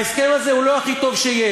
ההסכם הזה הוא לא הכי טוב שיש.